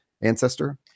Ancestor